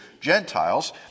Gentiles